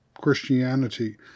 Christianity